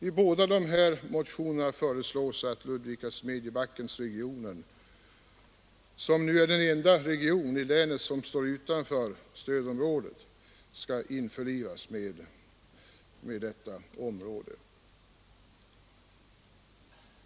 I båda dessa motioner föreslås att Ludvika-Smedjebackenregionen, som nu är den enda region i länet som står utanför, skall införlivas i stödområdet.